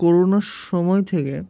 করোনার সময় থেকে